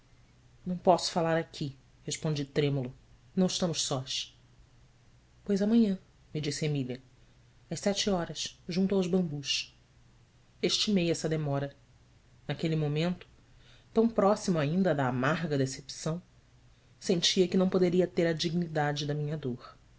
não posso falar aqui respondi trêmulo ão estamos sós ois amanhã me disse mília às sete horas junto aos bambus estimei essa demora naquele momento tão próximo ainda da amarga decepção sentia que não poderia ter a dignidade da minha dor